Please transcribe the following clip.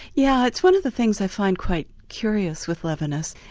yeah it's one of the things i find quite curious with levinas,